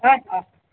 অহ্ অহ্